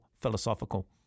philosophical